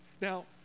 Now